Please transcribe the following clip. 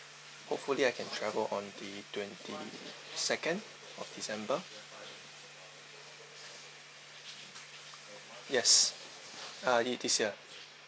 hopefully I can travel on the twenty second of december yes uh it's this year